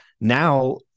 Now